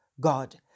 God